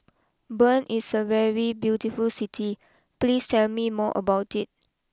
Bern is a very beautiful City please tell me more about it